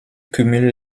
cumule